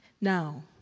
Now